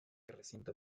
recinto